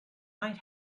might